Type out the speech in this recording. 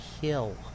Hill